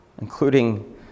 including